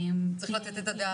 צריך לתת את הדעת,